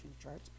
charts